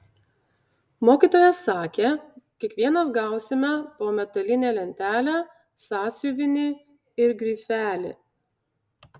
mokytoja sakė kiekvienas gausime po metalinę lentelę sąsiuvinį ir grifelį